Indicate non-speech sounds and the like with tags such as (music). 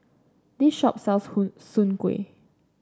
this shop sells (unintelligible) Soon Kway